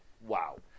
wow